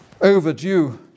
overdue